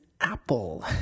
apple